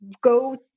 go